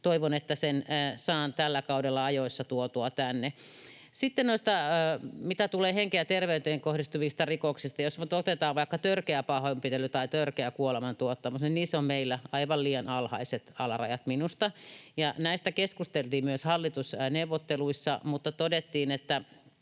toivon, että sen saan tällä kaudella ajoissa tuotua tänne. Mitä tulee sitten henkeen ja terveyteen kohdistuviin rikoksiin, niin jos otetaan vaikka törkeä pahoinpitely tai törkeä kuolemantuottamus, niissä meillä on minusta aivan liian alhaiset alarajat. Näistä keskusteltiin myös hallitusneuvotteluissa, mutta ihan